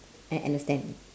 a~ and the stand